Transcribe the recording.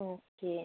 okay